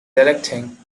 directing